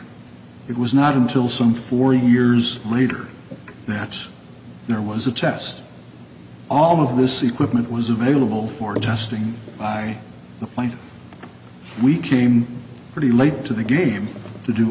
it was not until some forty years later that there was a test all of this equipment was available for testing i applied we came pretty late to the game to do